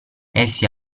essi